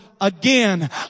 again